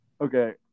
Okay